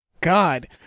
God